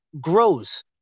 grows